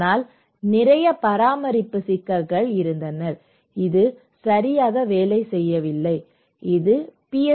ஆனால் நிறைய பராமரிப்பு சிக்கல்கள் இருந்தன அது சரியாக வேலை செய்யவில்லை இது பி